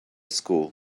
school